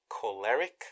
choleric